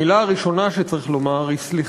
המילה הראשונה שצריך לומר היא "סליחה".